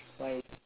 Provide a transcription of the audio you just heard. why